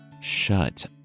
Shut